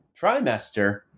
trimester